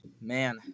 man